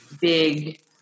big